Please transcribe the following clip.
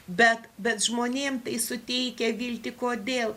bet bet žmonėm tai suteikia viltį kodėl